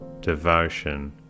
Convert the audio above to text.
devotion